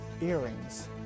earrings